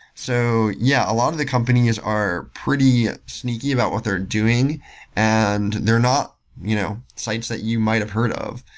so yeah, a lot of the companies are pretty sneaky about what they're doing and they're not you know sites that you might have heard of.